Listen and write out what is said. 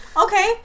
Okay